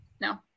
No